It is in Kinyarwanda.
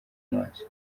maso